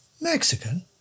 Mexican